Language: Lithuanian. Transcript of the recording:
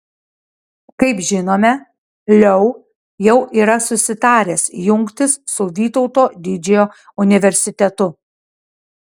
kaip žinome leu jau yra susitaręs jungtis su vytauto didžiojo universitetu